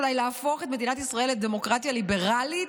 אולי להפוך את מדינת ישראל לדמוקרטיה ליברלית?